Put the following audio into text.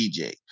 DJ